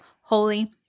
holy